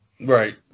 Right